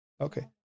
Okay